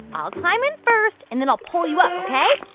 i'll climb in first, and then i'll pull you up, ok?